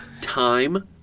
time